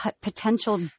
potential